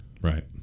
Right